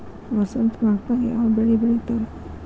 ವಸಂತ ಮಾಸದಾಗ್ ಯಾವ ಬೆಳಿ ಬೆಳಿತಾರ?